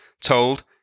Told